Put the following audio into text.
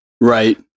right